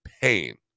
pain